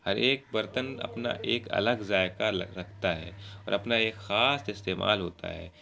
ہر ایک برتن اپنا ایک الگ ذائقہ رکھتا ہے اور اپنا ایک خاص استعمال ہوتا ہے